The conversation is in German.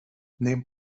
neben